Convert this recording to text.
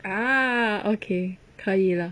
ah okay 可以了